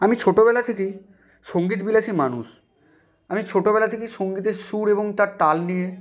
আমি ছোটোবেলা থেকেই সংগীত বিলাসী মানুষ আমি ছোটোবেলা থেকেই সংগীতের সুর এবং তার তাল নিয়ে